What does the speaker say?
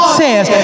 says